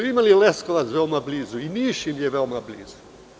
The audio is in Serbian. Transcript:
Imali su Leskovac veoma blizu i Niš im je veoma blizu.